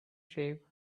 shave